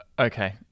Okay